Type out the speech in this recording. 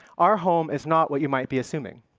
our home is not what you might be assuming.